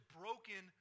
broken